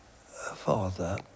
Father